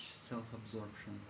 self-absorption